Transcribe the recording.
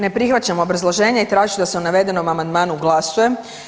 Ne prihvaćam obrazloženje i tražit ću da se o navedenom amandmanu glasuje.